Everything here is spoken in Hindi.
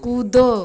कूदो